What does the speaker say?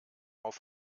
auf